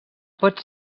pot